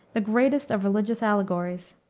the greatest of religious allegories.